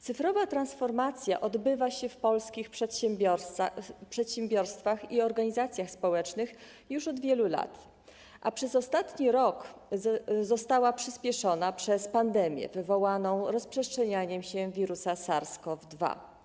Cyfrowa transformacja odbywa się w polskich przedsiębiorstwach i organizacjach społecznych już od wielu lat, a przez ostatni rok została przyśpieszona w wyniku pandemii wywołanej rozprzestrzenianiem się wirusa SARS-CoV-2.